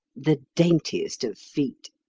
the daintiest of feet.